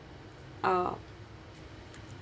uh